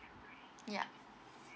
ya